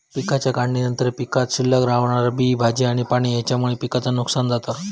पिकाच्या काढणीनंतर पीकात शिल्लक रवणारा बी, भाजी आणि पाणी हेच्यामुळे पिकाचा नुकसान जाता